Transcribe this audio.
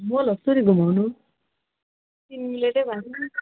म लान्छु नि घुमाउनु तिमीले त्यही भन्थ्यौ नि